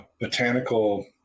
botanical